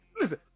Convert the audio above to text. listen